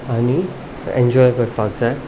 आनी एन्जॉय करपाक जाय